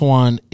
one